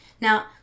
Now